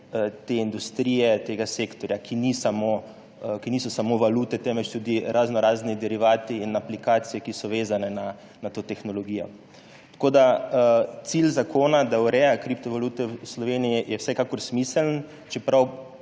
te industrije, tega sektorja, ki niso samo valute, temveč tudi raznorazni derivati in aplikacije, ki so vezane na to tehnologijo. Tako da cilj zakona, da ureja kriptovalute v Sloveniji, je vsekakor smiseln, čeprav